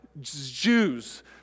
Jews